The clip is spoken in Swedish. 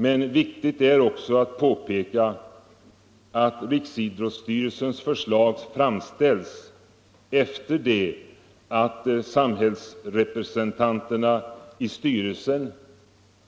Men riktigt är också att påpeka att Riksidrottsstyrelsens förslag framställs efter det att samhällsrepresentanterna i styrelsen,